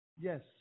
Yes